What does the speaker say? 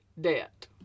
debt